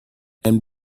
and